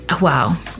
Wow